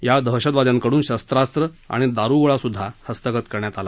या दहशतवाद्यांकडून शस्त्रास्त्र आणि दारुगोळापण हस्तगत करण्यात आला